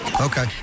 Okay